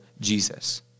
Jesus